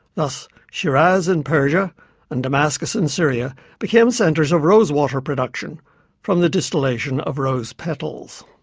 thus shiraz in persia and damascus in syria became centres of rosewater production from the distillation of rose petals.